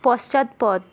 পশ্চাৎপদ